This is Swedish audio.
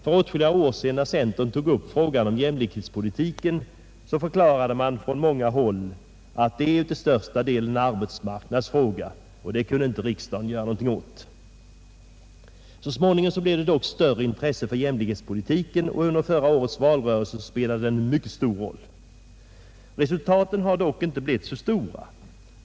För åtskilliga år sedan, när centern tog upp frågan om jämlikhetspolitiken, förklarade man från många håll att det till största delen är en arbetsmarknadsfråga och att riksdagen inte kunde göra något åt den. Så småningom blev det dock större intresse för jämlikhetspolitiken och under förra årets valrörelse spelade den mycket stor roll. Resultaten har dock inte blivit så stora.